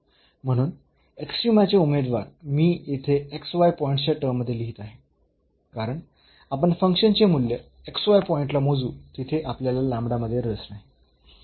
म्हणून एक्स्ट्रीमा चे उमेदवार मी येथे पॉईंट्सच्या टर्म्स मध्ये लिहीत आहे कारण आपण फंक्शनचे मूल्य पॉईंटला मोजू तिथे आपल्याला मध्ये रस नाही